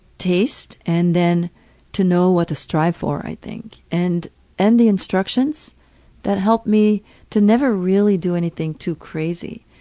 taste and then to know what to strive for, i think. and and the instructions that helped me to never really do anything too crazy.